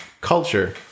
Culture